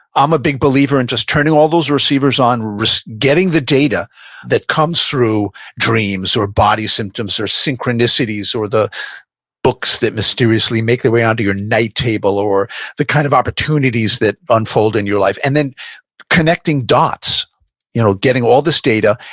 i'm a big believer in just turning all those receivers on getting the data that comes through dreams or body symptoms or synchronicities or the books that mysteriously make their way onto your night table or the kind of opportunities that unfold in your life, and then connecting dots you know getting all this data,